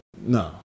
No